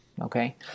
okay